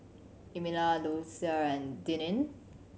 Emilia Lucia and Denine